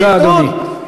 תודה, אדוני.